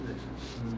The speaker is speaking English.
I don't know why